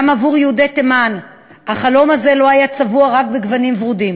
גם עבור יהודי תימן החלום הזה לא היה צבוע רק בגוונים ורודים,